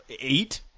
eight